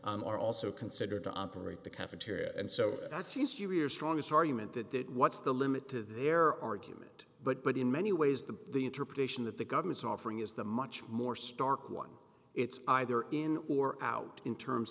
are also considered to operate the cafeteria and so that's your your strongest argument that that what's the limit to their argument but but in many ways the interpretation that the government's offering is the much more stark one it's either in or out in terms